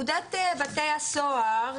נציבות בתי הסוהר,